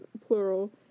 plural